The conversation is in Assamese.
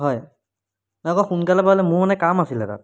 হয় নাই অকণ সোনকালে পাৰিলে মোৰ মানে কাম অছিলে তাত